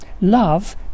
love